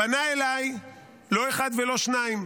פנה אליי לא אחד ולא שניים,